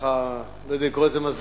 לא יודע אם הייתי קורא לזה מזל,